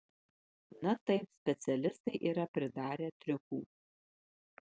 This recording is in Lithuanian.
na taip specialistai yra pridarę triukų